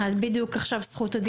בדיוק עכשיו התכוונתי לתת לך,